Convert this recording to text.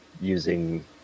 using